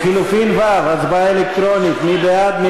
לחלופין ו' הצבעה אלקטרונית, מי בעד?